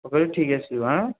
ପକେଇଲେ ଠିକ୍ ଆସିବ ଆଁ